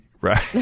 Right